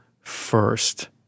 first